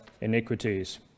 iniquities